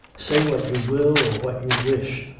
say what you will or what you wish,